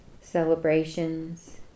celebrations